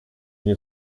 nie